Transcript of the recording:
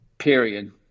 period